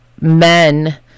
men